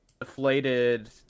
deflated